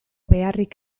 beharrik